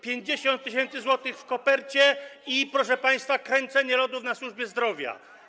50 tys. zł w kopercie i proszę państwa, kręcenie lodów na służbie zdrowia.